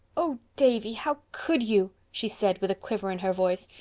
oh, davy, how could you? she said, with a quiver in her voice.